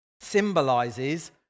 symbolizes